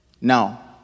Now